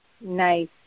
Nice